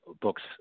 books